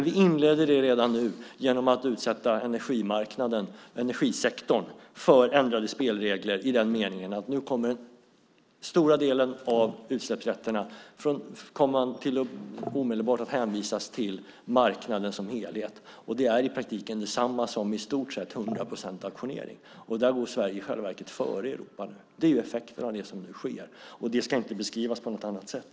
Vi inleder detta redan nu genom att utsätta energisektorn för ändrade spelregler i den meningen att den stora delen av utsläppsrätterna nu omedelbart kommer att hänvisas till marknaden som helhet. Det är i praktiken detsamma som i stort sett hundra procent auktionering. Där går Sverige i själva verket före Europa. Det är effekten av det som nu sker. Det ska inte beskrivas på något annat sätt.